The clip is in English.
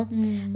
mm